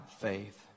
faith